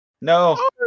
no